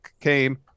came